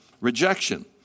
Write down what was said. Rejection